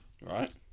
right